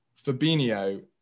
Fabinho